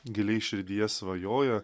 giliai širdyje svajoja